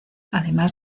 además